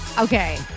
okay